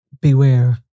Beware